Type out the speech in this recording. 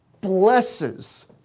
blesses